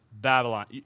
Babylon